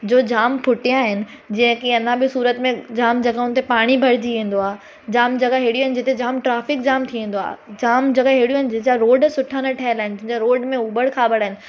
जो जाम पुठियां आहिनि जीअं की अञा बि सूरत में जाम जॻहुनि ते पाणी भरिजी वेंदो आहे जाम जॻहूं अहिड़ियूं आहिनि जंहिंजा रोड सुठा न ठहियल आहिनि जंहिंजा रोड में ऊबड़ खाबड़ आहिनि